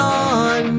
on